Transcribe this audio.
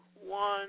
one